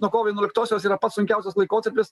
nuo kovo vienuoliktosios yra pats sunkiausias laikotarpis